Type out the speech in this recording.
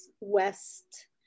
west